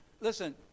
Listen